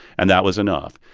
and that was enough.